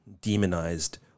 demonized